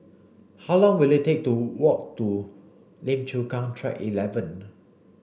how long will it take to walk to Lim Chu Kang Track eleven